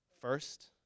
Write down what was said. first